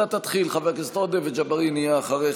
אתה תתחיל, חבר הכנסת עודה, וג'בארין יהיה אחריך.